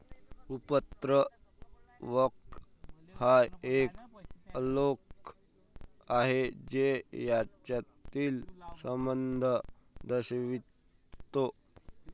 उत्पन्न वक्र हा एक आलेख आहे जो यांच्यातील संबंध दर्शवितो